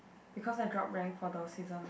because I drop rank for the season